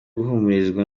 guhumurizwa